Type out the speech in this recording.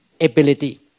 ability